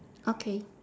okay